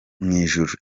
mwijuru